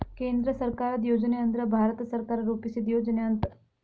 ಕೇಂದ್ರ ಸರ್ಕಾರದ್ ಯೋಜನೆ ಅಂದ್ರ ಭಾರತ ಸರ್ಕಾರ ರೂಪಿಸಿದ್ ಯೋಜನೆ ಅಂತ